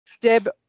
deb